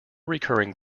recurring